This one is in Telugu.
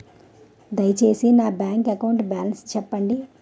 దయచేసి నా బ్యాంక్ అకౌంట్ బాలన్స్ చెప్పండి